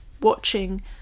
watching